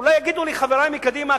אולי יגידו לי חברי מקדימה,